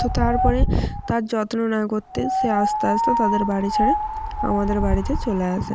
তো তারপরে তার যত্ন না করতে সে আস্তে আস্তে তাদের বাড়ি ছেড়ে আমাদের বাড়িতে চলে আসে